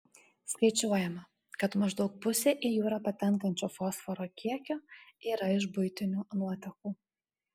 skaičiuojama kad maždaug pusė į jūrą patenkančio fosforo kiekio yra iš buitinių nuotekų